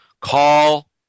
call